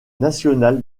national